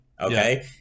okay